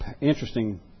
interesting